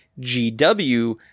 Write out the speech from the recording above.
GW